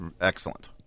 excellent